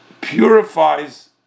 purifies